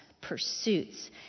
pursuits